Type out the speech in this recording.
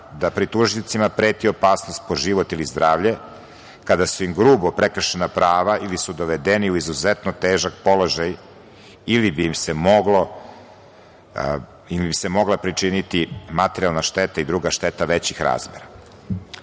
da pritužnicima preti opasnost po život ili zdravlje kada su im grubo prekršena prava ili su dovedeni u izuzetno težak položaj ili bi im se mogla pričiniti materijalna šteta i druga šteta većih razmera.U